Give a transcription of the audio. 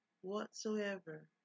whatsoever